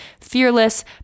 Fearless